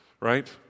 Right